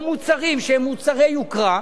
או מוצרים שהם מוצרי יוקרה,